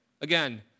again